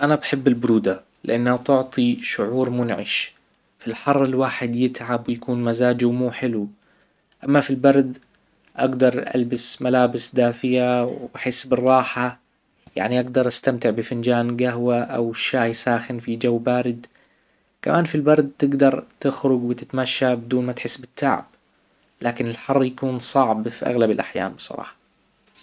انا بحب البرودة لانها تعطي شعور منعش الحر الواحد يتعب ويكون مزاجه مو حلو اما في البرد اقدر البس ملابس دافية وبحس بالراحة يعني اقدر استمتع بفنجان قهوة او شاي ساخن في جو بارد كمان في البرد تخرج وتتمشى بدون ما تحس بالتعب لكن الحر يكون صعب فى اغلب الاحيان بصراحة